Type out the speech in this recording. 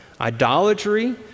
idolatry